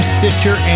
Stitcher